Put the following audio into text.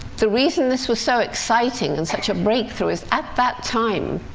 the reason this was so exciting and such a breakthrough is at that time,